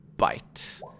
bite